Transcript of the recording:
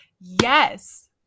Yes